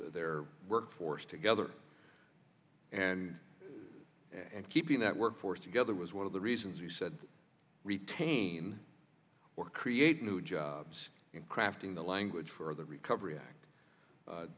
their workforce together and keeping that workforce together was one of the reasons he said retain or create new jobs in crafting the language for the recovery act